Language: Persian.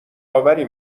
آوری